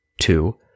Two